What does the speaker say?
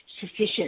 sufficient